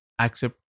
accept